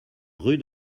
rue